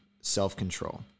self-control